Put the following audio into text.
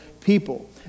people